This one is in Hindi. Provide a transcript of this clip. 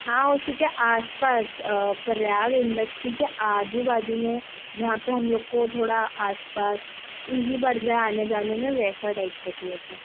हाँ उसी के आस पास प्रयाग इंडस्ट्री के आजू बाजू में जहाँ पे हम लोग को थोड़ा आस पास ईज़ी पड़ जाए आने जाने में वैसा टाइप का चाहिए था